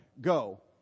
go